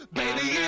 baby